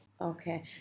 Okay